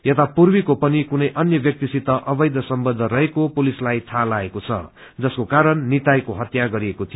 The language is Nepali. यता पूर्वीको पनि कुनै अन्य व्यक्तिसित अवैध सम्बन्ध रहेको पुलिसलाई थाहा लागेको छ जसको कारण निताईको हत्या गरिएको थियो